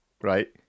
right